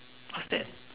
what's that